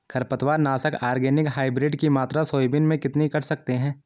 खरपतवार नाशक organic hybrid की मात्रा सोयाबीन में कितनी कर सकते हैं?